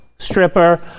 stripper